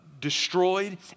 destroyed